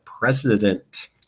president